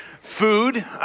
food